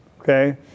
Okay